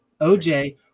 oj